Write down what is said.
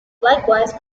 likewise